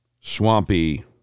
swampy